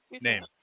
name